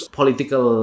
political